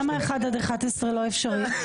למה 1 עד 11 לא אפשרי?